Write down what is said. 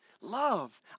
Love